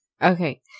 Okay